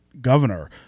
governor